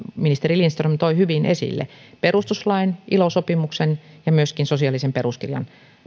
ministeri lindström toi hyvin esille perustuslain ilo sopimuksen ja myöskin sosiaalisen peruskirjan